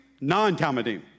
non-Talmudim